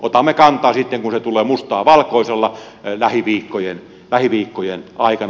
otamme kantaa sitten kun tulee mustaa valkoisella lähiviikkojen aikana